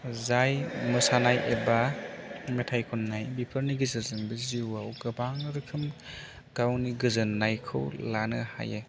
जाय मोसानाय एबा मेथाइ खननाय बेफोरनि गेजेरजोंबो जिउआव गोबां रोखोम गावनि गोजोन्नायखौ लानो हायो